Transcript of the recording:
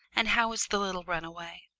and how is the little runaway?